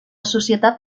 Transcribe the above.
societat